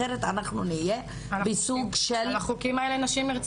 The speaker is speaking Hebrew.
אחרת אנחנו נהיה בסוג של --- על החוקים האלה נשים נרצחות.